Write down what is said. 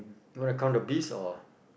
wanna count the beast or